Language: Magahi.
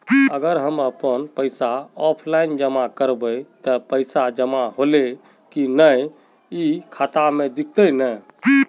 अगर हम अपन पैसा ऑफलाइन जमा करबे ते पैसा जमा होले की नय इ ते खाता में दिखते ने?